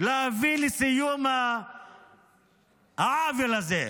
להביא לסיום העוול הזה.